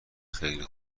خیلی